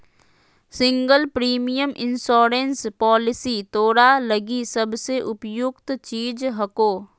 single premium insurance policy तोरा लगी सबसे उपयुक्त चीज हको